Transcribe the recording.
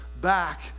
back